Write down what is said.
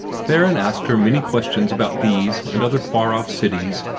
theron asked her many questions about these and other far-off cities,